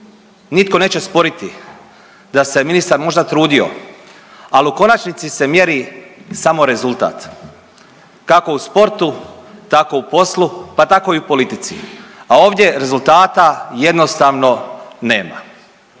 Nitko neće sporiti da se ministar možda trudio ali u konačnici se mjeri samo rezultat. Tako u sportu, tako u poslu, pa tako i u politici. A ovdje rezultata jednostavno nema.